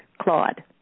Claude